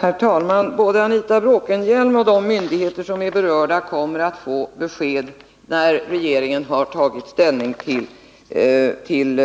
Herr talman! Både Anita Bråkenhielm och de myndigheter som är berörda kommer att få besked när regeringen har tagit ställning till